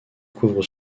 couvre